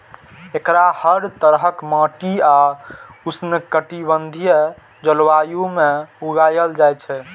एकरा हर तरहक माटि आ उष्णकटिबंधीय जलवायु मे उगायल जाए छै